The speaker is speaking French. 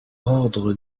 ordre